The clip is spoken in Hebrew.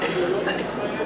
"תרבויות ישראל"?